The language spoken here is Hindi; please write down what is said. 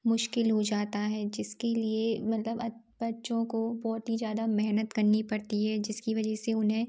मुश्किल हो जाता है जिसके लिए मतलब अ बच्चों को बहुत ही जाता मेहनत करनी पड़ती हैं जिसकी वजह से उन्हें